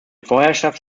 vorherrschaft